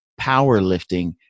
powerlifting